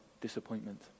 disappointment